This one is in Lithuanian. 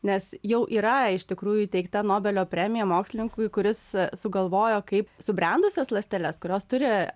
nes jau yra iš tikrųjų įteikta nobelio premija mokslininkui kuris sugalvojo kaip subrendusias ląsteles kurios turi